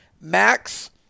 Max